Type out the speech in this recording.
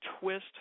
twist